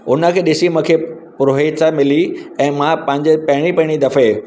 उनखे ॾिसी मूंखे प्रोत्साहन मिली ऐं मां पंहिंजे पहिरीं पहिरीं दफ़े